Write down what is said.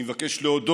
אני מבקש להודות